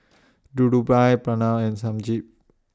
Dhirubhai Pranav and Sanjeev